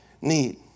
need